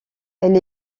elle